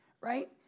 right